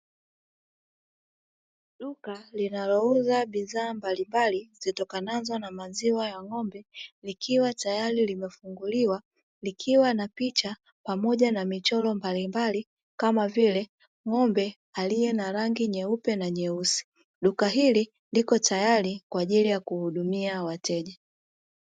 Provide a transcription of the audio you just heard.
Duka linalouza bidhaa mbalimbali zitokanazo na maziwa ya ng'ombe likiwa tayari limefunguliwa, likiwa na picha pamoja na michoro mbalimbali kama vile ng'ombe aliye na rangi nyeupe na nyeusi, duka hili likotayari kwa ajili ya kuhudumia wateja.